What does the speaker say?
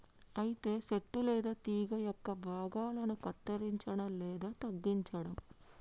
అయితే సెట్టు లేదా తీగ యొక్క భాగాలను కత్తిరంచడం లేదా తగ్గించడం